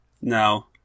No